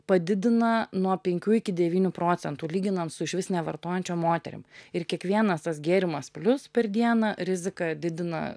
padidina nuo penkių iki devynių procentų lyginant su išvis nevartojančiom moterim ir kiekvienas tas gėrimas plius per dieną riziką didina